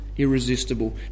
irresistible